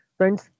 Friends